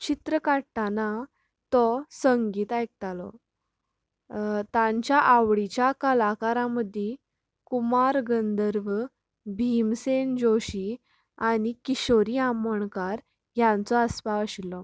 चित्र काडटाना तो संगीत आयकतालो तांच्या आवडीच्या कलाकारा मदीं कुमार गंधर्व भिमसेन जोशी आनी किशोरी आमोणकार हांचो आस्पाव आशिल्लो